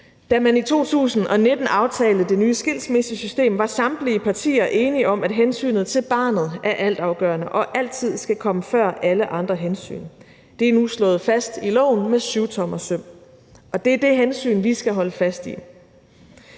Da man i 2019 aftalte det nye skilsmissesystem, var samtlige partier enige om, at hensynet til barnet er altafgørende og altid skal komme før alle andre hensyn. Det er nu slået fast i loven med syvtommersøm, og det er det hensyn, vi skal holde fast i.